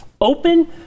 open